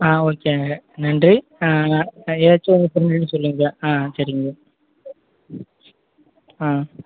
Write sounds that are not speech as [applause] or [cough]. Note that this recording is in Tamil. ஆ ஓகேங்க நன்றி ஏதாச்சும் [unintelligible] சொல்லுங்க ஆ சரிங்க ஆ